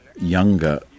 younger